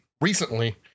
recently